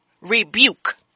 rebuke